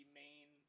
main